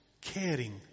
Caring